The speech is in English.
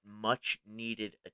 much-needed